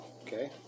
Okay